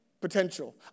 potential